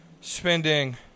spending